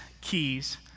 keys